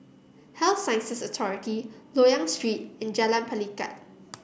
Health Sciences Authority Loyang Street and Jalan Pelikat